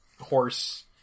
horse